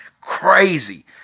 crazy